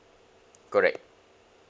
correct